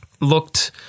Looked